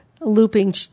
looping